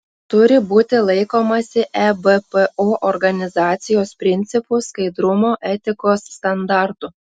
turi būti laikomasi ebpo organizacijos principų skaidrumo etikos standartų